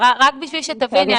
רק בשביל שתביני.